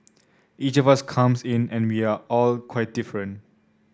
each of us comes in and we are all quite different